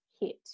hit